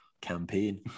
campaign